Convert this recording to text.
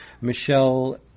Michelle